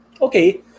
Okay